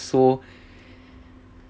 so